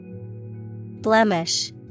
Blemish